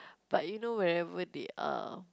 but you know wherever they are